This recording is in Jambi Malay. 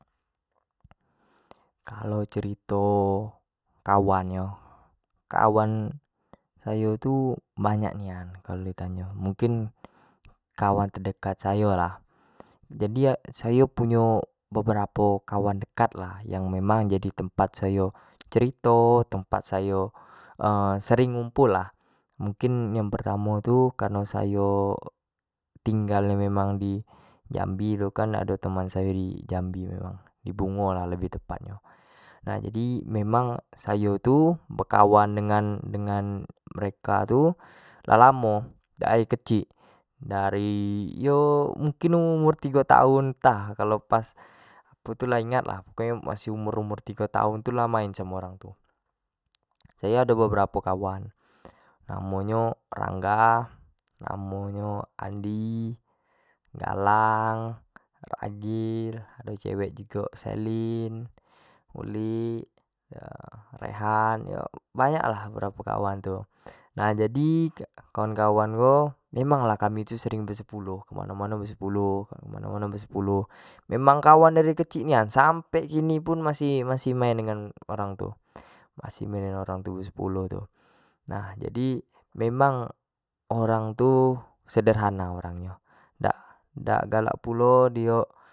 Kalau cerito kawan yo kawan sayo tu banyak nian kalau di tanyo, mungkin kawan terdekat sayo lah jadi sayo punyo beberapo kawan dekat lah yang memang jadi tempat sayo bercerito jadi tempat sayo sering ngumpul lah mungkin yang pertamo tu kareno sayo tinggal nyo memang di jambi tu kan ado teman sayo di jambi memang di bungo lah lebih tepat nyo nah jadi memang sayo tu bekawan dengan-dengan mereka tu lah lamo dari kecik dari yo mungkin umur-umur tigo tahun enath kalau pas poko nya lah ingat lah pas umur-umur tigo tahun tu lah main lah samo orang tu, sayo ado beberapo kawan namonyo rangga, namo nyo andi, galang, ado agil ado cewek jugo selin, ulik, yo rehan yo banyak lah ado beberapo kawan tu, nah ajdi kawan-kawan ko memang lah kami ko sering besepuluh. ke mano-mano beesepuluh memang kawan dari kecik nian, sampe kecik nian sampe kini pun masih, masih main samo orang tu. besepuluh tu nah jadi memang orang tu sederhana orang nyo dak, dak galak pulo dio.